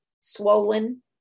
swollen